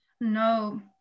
No